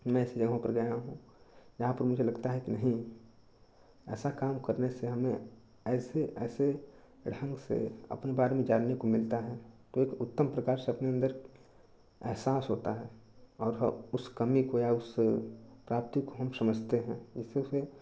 मैं उस जगहों पर गया हूँ जहाँ पर मुझे लगता है कि नहीं ऐसा काम करने से हमें ऐसे ऐसे रहस्य से अपने बारे में जानने को मिलता है एक उत्तम प्रकाश अपने अन्दर एहसास होता है और उस कमी को या उससे काफ़ी खूब समझते हैं उसी से